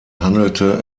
handelte